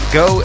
go